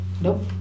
Nope